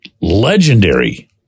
legendary